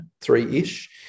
three-ish